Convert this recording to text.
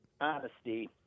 honesty